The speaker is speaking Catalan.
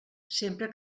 sempre